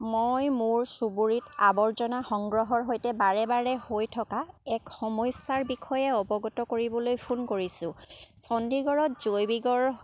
মই মোৰ চুবুৰীত আৱৰ্জনা সংগ্ৰহৰ সৈতে বাৰে বাৰে হৈ থকা এক সমস্যাৰ বিষয়ে অৱগত কৰিবলৈ ফোন কৰিছোঁ চণ্ডীগড়ত জৈৱিকৰ